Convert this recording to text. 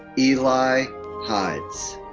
eli hydes.